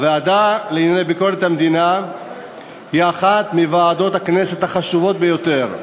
הוועדה לענייני ביקורת המדינה היא אחת מוועדות הכנסת החשובות ביותר,